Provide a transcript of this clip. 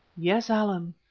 yes, allan.